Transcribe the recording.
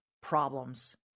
problems